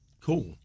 Cool